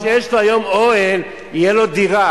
מצפים שכל מי שיש לו היום אוהל, תהיה לו דירה.